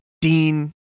Dean